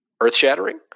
earth-shattering